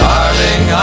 Darling